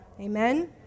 Amen